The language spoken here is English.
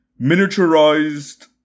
miniaturized